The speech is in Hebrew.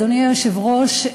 אדוני היושב-ראש,